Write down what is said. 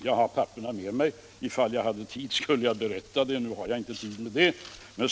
Jag har papperen med mig, och ifall jag hade haft mera tid skulle jag ha berättat om det, men nu har jag inte tid med det.